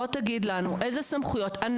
בוא ותגיד לנו איזה סמכויות אנחנו,